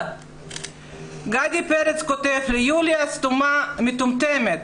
גדי פרץ כותב ליוליה הסתומה, המטומטמת,